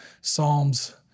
Psalms